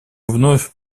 вновь